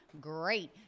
great